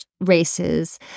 races